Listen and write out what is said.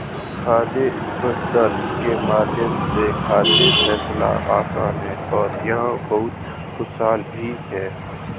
खाद स्प्रेडर के माध्यम से खाद फैलाना आसान है और यह बहुत कुशल भी है